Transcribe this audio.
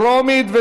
התשע"ז 2017,